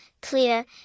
clear